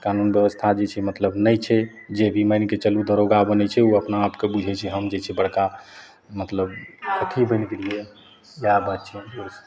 कानून बेबस्था जे छै मतलब नहि छै जे भी मानिके चालू दरोगा बनै छै ओ अपना आपकेँ बुझै छै हम जे छै बड़का मतलब अथी बनि गेलिए यऽ इएह बात छै आओर किछु